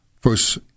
first